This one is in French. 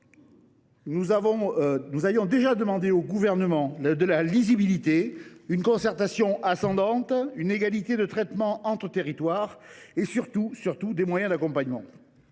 objectifs et demandions au Gouvernement de la lisibilité, une concertation ascendante, une égalité de traitement entre les territoires et, surtout, des moyens d’accompagnement.